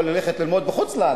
הם יכולים ללכת ללמוד בחוץ-לארץ.